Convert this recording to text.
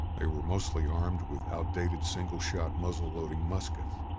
they were mostly armed with outdated single shot muzzle-loading muskets.